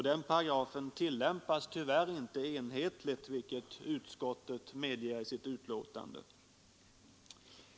Den paragrafen tillämpas tyvärr inte enhetligt, vilket utskottet medger.